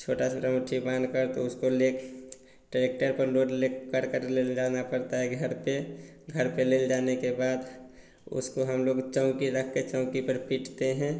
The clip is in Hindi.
छोटा छोटा मुट्ठी बाँधकर तो उसको लेकर ट्रैक्टर पर लोड लेकर कर ले जाना पड़ता है घर पर घर पर ले जाने के बाद उसको हम लोग चौकी रखकर चौकी पर पीटते हैं